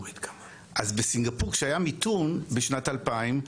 אז בסינגפור כשהיה מיתון בשנת 2000,